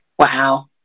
Wow